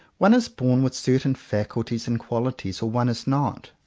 one is born with certain faculties and qualities, or one is not.